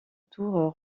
tour